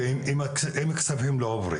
כי, אם כספים לא עוברים,